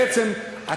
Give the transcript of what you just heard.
בעצם,